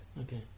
okay